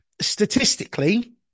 Statistically